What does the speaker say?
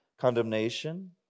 condemnation